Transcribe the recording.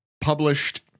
published